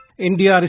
India